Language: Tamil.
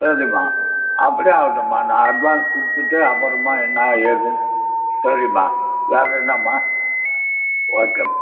சரிம்மா அப்படியே ஆகட்டும்மா நான் அட்வான்ஸ் கொடுத்துட்டு அப்பறமாக என்ன ஏதுன்னு சரிம்மா வேறு என்னம்மா ஓகேம்மா